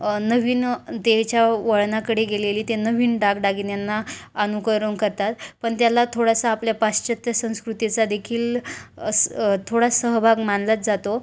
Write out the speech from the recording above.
नवीनतेच्या वळणाकडे गेलेली ते नवीन दागदागिन्यांना अनुकरण करतात पण त्याला थोडासा आपल्या पाश्चात्य संस्कृतीचा देखील अस थोडा सहभाग मानलाच जातो